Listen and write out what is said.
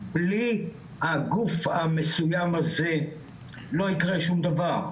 בלי הגוף המסוים הזה לא ייקרה שום דבר,